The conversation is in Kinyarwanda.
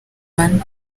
bane